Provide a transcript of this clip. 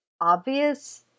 obvious